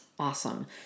Awesome